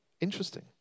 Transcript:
interesting